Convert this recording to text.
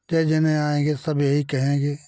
तो जो आएँगे सब यही कहेंगे